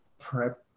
prep